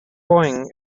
boeing